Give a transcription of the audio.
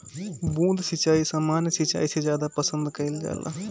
बूंद सिंचाई सामान्य सिंचाई से ज्यादा पसंद कईल जाला